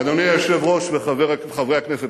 אדוני היושב-ראש וחברי הכנסת,